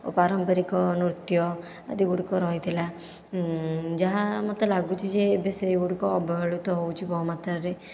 ଆଉ ପାରମ୍ପାରିକ ନୃତ୍ୟ ଆଦି ଗୁଡ଼ିକ ରହିଥିଲା ଯାହା ମୋତେ ଲାଗୁଛି ଯେ ଏବେ ସେଗୁଡ଼ିକ ଅବହେଳିତ ହେଉଛି ବହୁ ମାତ୍ରାରେ